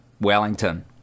Wellington